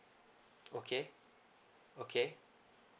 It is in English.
okay okay